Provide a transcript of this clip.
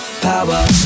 power